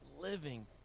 living